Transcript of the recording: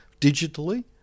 digitally